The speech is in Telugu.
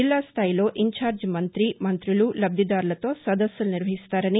జిల్లా స్దాయిలో ఇంచార్జ్ మంతి మంతులు లబ్దిదారులతో సదస్సులు నిర్వహిస్తారని